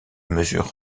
mesures